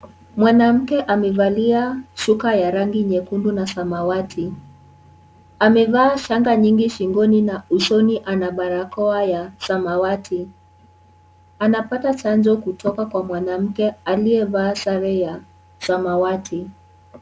Mwanamke amevalia shuka ya rangi nyekundu na samawati . Amevaa Shanga nyingi shingoni na usoni ana barakoa ya samawati. Anapata chanjo kutoka Kwa mwanamke aliyevaa sare ya samawati.